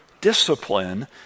discipline